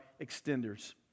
extenders